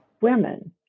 women